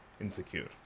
insecure